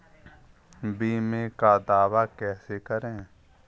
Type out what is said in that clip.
बीमे का दावा कैसे करें?